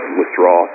withdraw